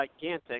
gigantic